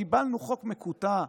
קיבלנו חוק מקוטע,